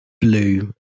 Blue